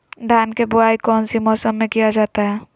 धान के बोआई कौन सी मौसम में किया जाता है?